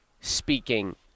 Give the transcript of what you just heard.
speaking